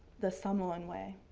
the samoan way,